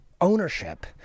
ownership